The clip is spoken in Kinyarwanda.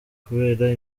kubera